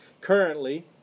currently